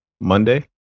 Monday